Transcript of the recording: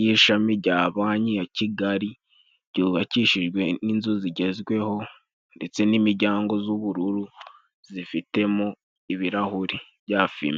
y'ishami rya Banki ya Kigali ryubakishijwe n'inzu zigezweho, ndetse n'imiryango z'ubururu zifitemo ibirahuri bya fime.